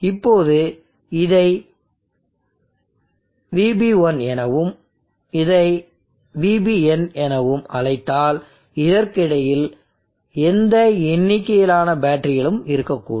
இப்போது இதை VB1 எனவும் இதை VBn எனவும் அழைத்தால் இதற்கு இடையில் எந்த எண்ணிக்கையிலான பேட்டரிகளும் இருக்கக்கூடும்